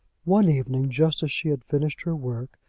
one evening, just as she had finished her work,